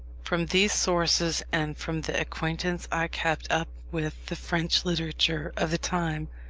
from these sources, and from the acquaintance i kept up with the french literature of the time,